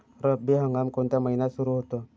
रब्बी हंगाम कोणत्या महिन्यात सुरु होतो?